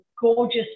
gorgeous